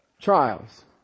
Trials